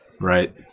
Right